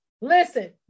Listen